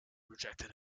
rejected